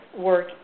work